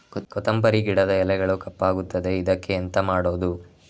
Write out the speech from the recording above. ಕೊತ್ತಂಬರಿ ಗಿಡದ ಎಲೆಗಳು ಕಪ್ಪಗುತ್ತದೆ, ಇದಕ್ಕೆ ಎಂತ ಮಾಡೋದು?